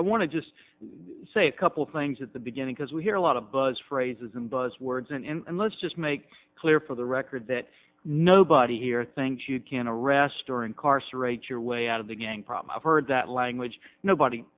i want to just say a couple of things at the beginning because we hear a lot of buzz phrases and buzz words and let's just make clear for the record that nobody here thinks you can arrest or incarcerate your way out of the gang problem i've heard that language nobody